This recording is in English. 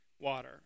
water